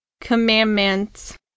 Commandments